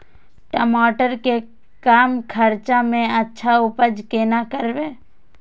टमाटर के कम खर्चा में अच्छा उपज कोना करबे?